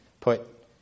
put